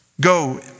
go